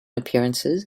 appearances